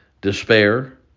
Despair